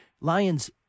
Lions